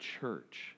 church